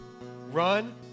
run